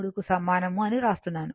23 కు సమానం అని వ్రాస్తున్నాను